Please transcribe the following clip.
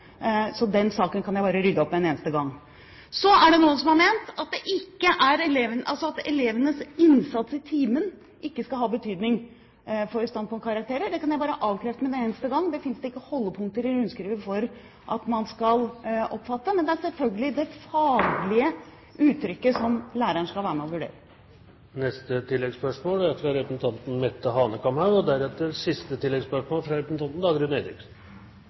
Så den saken kan jeg bare rydde opp i med en eneste gang. Så er det noen som har ment at elevenes innsats i timen ikke skal ha betydning for standpunktkarakteren. Det kan jeg bare avkrefte med en eneste gang. Det finnes ikke holdepunkter i rundskrivet for at man skal oppfatte det slik. Det er selvfølgelig det faglige uttrykket læreren skal ta med i vurderingen. Mette Hanekamhaug – til oppfølgingsspørsmål. Jeg er glad for og takker statsråden for at også hun er opptatt av en rettferdig og